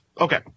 Okay